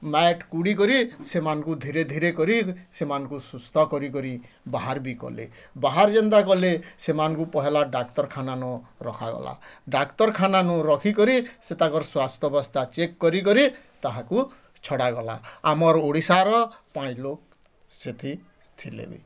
ମାଟ୍ କୁଡ଼ି କରି ସେମାନ୍ଙ୍କୁ ଧୀରେ ଧୀରେ କରି ସେମାନ୍ଙ୍କୁ ସୁସ୍ଥ କରି କରି ବାହାର୍ ବି କଲେ ବାହାର ଯେନ୍ତା କଲେ ସେମାନ୍କୁ ପହ୍ଲା ଡ଼ାକ୍ତର୍ଖାନାନୁ ରଖାଗଲା ଡ଼ାକ୍ତର୍ଖାନାନୁ ରଖିକରି ସେ ତାକର୍ ସ୍ଵାସ୍ଥ୍ୟ ଅବସ୍ଥା ଚେକ୍ କରି କରି ତାହାକୁ ଛଡ଼ା ଗଲା ଆମର୍ ଓଡିଶାର ଲୋକ୍ ବି ସେଠି ଥିଲେ ବି